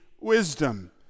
wisdom